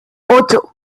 ocho